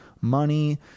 money